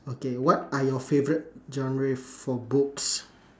okay what are your favourite genre for books